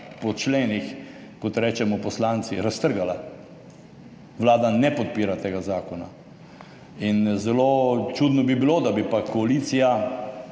po členih, kot rečemo poslanci, raztrgala. Vlada ne podpira tega zakona in zelo čudno bi bilo, da bi koalicija,